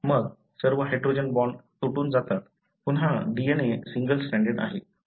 मग सर्व hydrogen bond तुटून जातात पुन्हा DNA सिंगल स्ट्राँडेड आहे